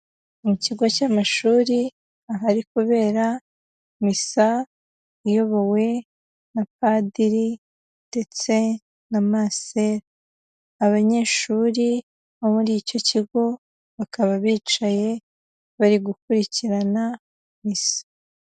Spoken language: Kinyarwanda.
Mu kigo cy'amashuri ahari kubera misa iyobowe na padiri ndetse na masera. Abanyeshuri bo muri icyo kigo bakaba bicaye bari gukurikirana misa.